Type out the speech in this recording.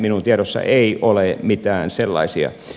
minun tiedossani ei ole mitään sellaisia